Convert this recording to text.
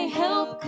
help